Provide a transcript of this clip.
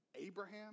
Abraham